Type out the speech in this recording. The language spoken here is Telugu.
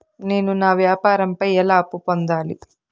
నేను నా వ్యాపారం పై ఎలా అప్పు పొందాలి?